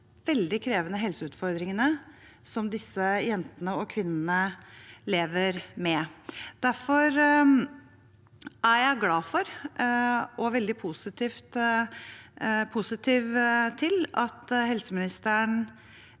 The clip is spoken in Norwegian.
veldig krevende helseutfordringene som disse jentene og kvinnene lever med. Derfor er jeg glad for og veldig positiv til at helseministeren